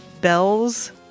bells